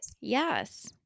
Yes